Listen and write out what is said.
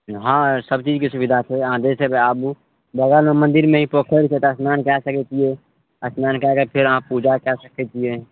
हँ सब चीजके सुविधा छै अहाँ जाहिसँ आबू बगलमे मन्दिरमे ही पोखैर छै तऽ स्नान कए सकय छियै स्नान कए कऽ फेर अहाँ पूजा कए सकय छियै